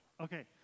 Okay